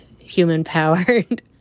human-powered